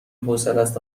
حوصلست